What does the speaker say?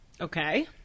Okay